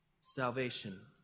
salvation